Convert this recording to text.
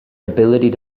ability